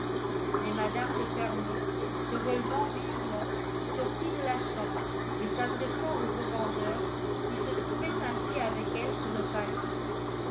mais mme de fermont se relevant vivement sortit de la chambre et s'adressant au revendeur qui se trouvait ainsi avec elle sur le palier